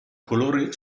colore